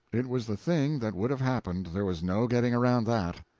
it was the thing that would have happened, there was no getting around that.